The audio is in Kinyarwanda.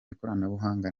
ikoranabuhanga